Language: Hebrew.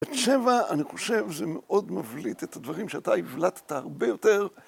את שבע, אני חושב, זה מאוד מבליט את הדברים שאתה הבלטת הרבה יותר.